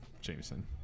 jameson